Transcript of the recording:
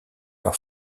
leur